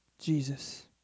Jesus